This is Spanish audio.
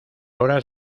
horas